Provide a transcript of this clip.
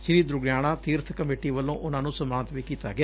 ਸ਼੍ਰੀ Durgiana Tirath committee ਵਲੋਂ ਉਨ੍ਹਾਂ ਨੂੰ ਸਨਮਾਨਿਤ ਕੀਤਾ ਗਿਆ